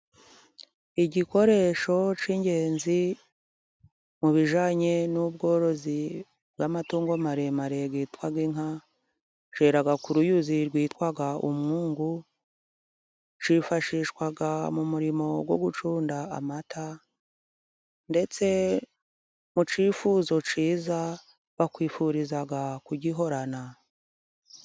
Igikoresho cy'ingenzi, mu bijyanye n'ubworozi bw'amatungo maremare yitwa inka, cyera ku ruyuzi rwitwa umwungu kifashishwa mu murimo wo gucunda amata, ndetse mu cyifuzo cyiza bakwifuriza kugihorana.